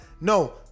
no